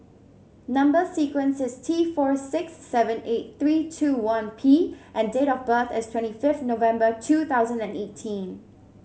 number sequence is T four six seven eight three two one P and date of birth is twenty fifth November two thousand and eighteen